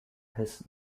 his